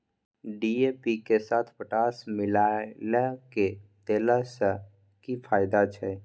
DAP के साथ potash मिललय के देला स की फायदा छैय?